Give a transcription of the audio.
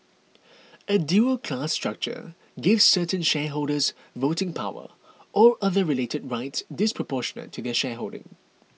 a dual class structure gives certain shareholders voting power or other related rights disproportionate to their shareholding